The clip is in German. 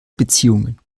beziehungen